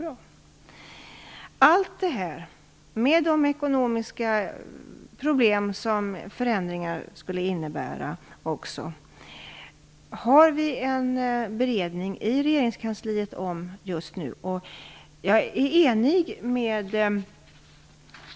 Om allt detta - också om de ekonomiska problem som förändringar skulle innebära - har vi en beredning i regeringskansliet just nu. Jag är enig med